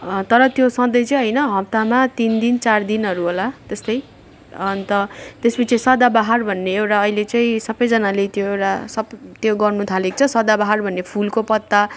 तर त्यो सधैँ चाहिँ होइन हप्तामा तिन दिन चार दिनहरू होला त्यस्तै अन्त त्यस पछि सदाबाहार भन्ने एउटा अहिले चाहिँ सबजनाले त्यो एउटा सब त्यो गर्नु थालेको छ सदाबाहार भन्ने फुलको पत्ता